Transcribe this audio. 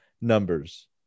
numbers